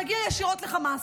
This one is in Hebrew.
שמגיע ישירות לחמאס,